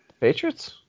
Patriots